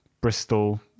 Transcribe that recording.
bristol